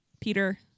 Peter